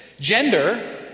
Gender